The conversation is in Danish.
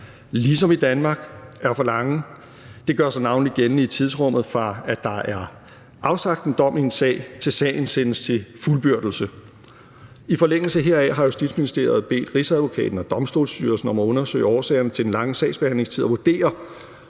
ligesom i Danmark er for lange. Det gør sig navnlig gældende i tidsrummet fra, at der er afsagt en dom i en sag, til sagen sendes til fuldbyrdelse. I forlængelse heraf har Justitsministeriet bedt Rigsadvokaten og Domstolsstyrelsen om at undersøge årsagerne til den lange sagsbehandlingstid og vurdere,